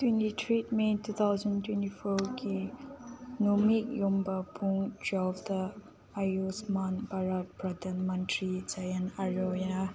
twenty three May two thousand twenty ꯐꯣꯔꯒꯤ ꯅꯨꯃꯤꯠ ꯌꯨꯡꯕ ꯄꯨꯡ ꯇ꯭ꯋꯦꯜꯐꯇ ꯑꯌꯨꯁꯃꯥꯟ ꯚꯥꯔꯠ ꯄ꯭ꯔꯗꯥꯟ ꯃꯟꯇꯔꯤ ꯖꯥꯟ ꯑꯔꯣꯒ꯭ꯌꯥ